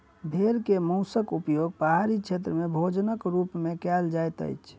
भेड़ के मौंसक उपयोग पहाड़ी क्षेत्र में भोजनक रूप में कयल जाइत अछि